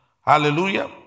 Hallelujah